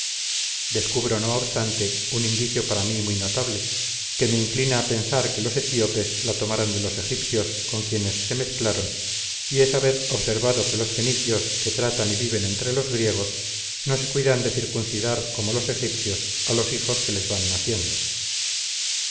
inmemorial descubro no obstante un indicio para mí muy notable que me inclina a pensar que los etíopes la tomaron de los egipcios con quienes se mezclaron y es haber observado que los fenicios que tratan y viven entre los griegos no se cuidan de circuncidar como los egipcios a los hijos que les van naciendo